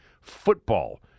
football